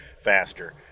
faster